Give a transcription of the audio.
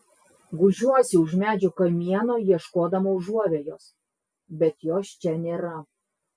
gūžiuosi už medžio kamieno ieškodama užuovėjos bet jos čia nėra